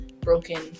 broken